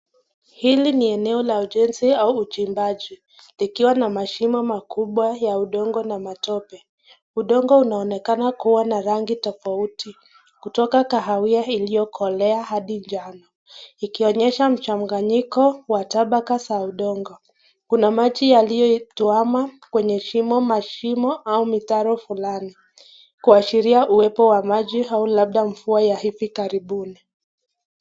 Hili ni eneo la ujenzi au uchimbaji likiwa na mashimo makubwa ya udongo na matope. Udongo unaonekana kuwa na rangi tofauti kutoka kahawia iliyokolea hadi njano. Ikionyesha mchanganyiko wa tabaka za udongo. Kuna maji yaliyotuama kwenye shimo mashimo au mitaro fulani kuashiria uwepo wa maji au labda mvua ya hivi karibuni.